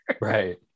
Right